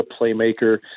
playmaker